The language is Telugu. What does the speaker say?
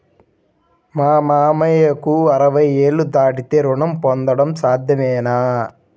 మామయ్యకు అరవై ఏళ్లు దాటితే రుణం పొందడం సాధ్యమేనా?